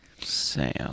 Sam